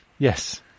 Yes